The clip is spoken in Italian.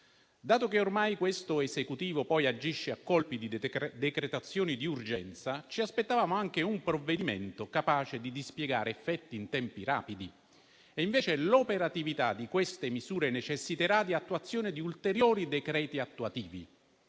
Dato che ormai questo Esecutivo agisce a colpi di decretazioni di urgenza, ci aspettavamo anche un provvedimento capace di dispiegare effetti in tempi rapidi. L'operatività di queste misure necessiterà invece dell'emanazione di ulteriori decreti attuativi.